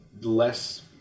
less